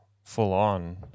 full-on